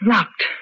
Locked